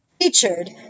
featured